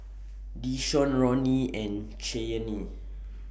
Deshawn Ronny and Cheyenne